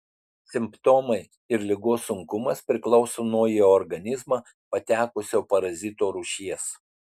simptomai ir ligos sunkumas priklauso nuo į organizmą patekusio parazito rūšies